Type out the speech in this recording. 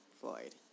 Floyd